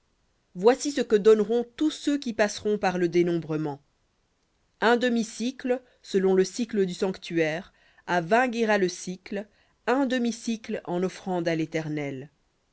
voici ce que donneront tous ceux qui passeront par le dénombrement un demi-sicle selon le sicle du sanctuaire à vingt guéras le sicle un demi-sicle en offrande à l'éternel